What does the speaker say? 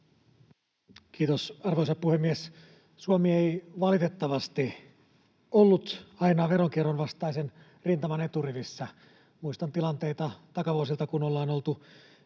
Kiitos, arvoisa puhemies! Suomi ei valitettavasti ole aina ollut veronkierron vastaisen rintaman eturivissä. Muistan tilanteita takavuosilta, kun ollaan oltu